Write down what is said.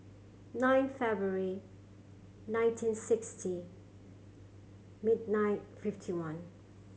nine February nineteen sixty mid nine fifty one